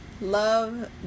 love